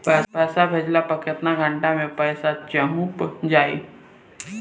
पैसा भेजला पर केतना घंटा मे पैसा चहुंप जाई?